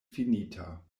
finita